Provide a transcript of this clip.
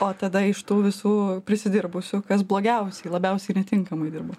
o tada iš tų visų prisidirbusių kas blogiausiai labiausiai netinkamai dirba